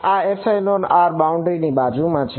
આ r એ boundary ની બાજુમાં છે